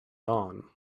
dawn